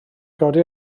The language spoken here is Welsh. godi